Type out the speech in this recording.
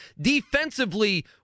defensively